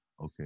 Okay